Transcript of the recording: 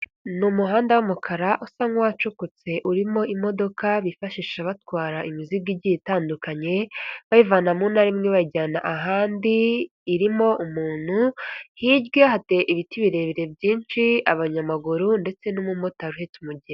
Ni umuhanda w'umukara usa nk'uwacukutse, urimo imodoka bifashisha batwara imizigo igiye itandukanye, bayivana mu ntara imwe bayijyana ahandi, irimo umuntu, hirya hateye ibiti birebire byinshi, abanyamaguru, ndetse n'umumotari umugenzi.